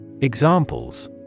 Examples